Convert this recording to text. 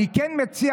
אני מציע,